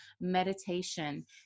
meditation